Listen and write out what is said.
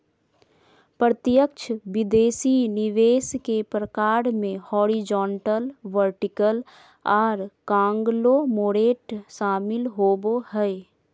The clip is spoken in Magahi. प्रत्यक्ष विदेशी निवेश के प्रकार मे हॉरिजॉन्टल, वर्टिकल आर कांगलोमोरेट शामिल होबो हय